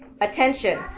attention